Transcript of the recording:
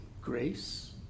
grace